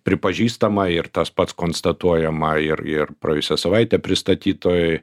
pripažįstama ir tas pats konstatuojama ir ir praėjusią savaitę pristatytoj